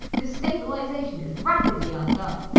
this stabilisation is rapidly undone.